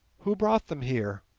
who brought them here?